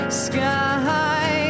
sky